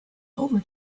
over